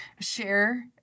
Share